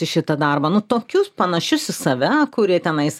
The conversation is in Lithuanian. į šitą darbą nu tokius panašius į save kurie tenais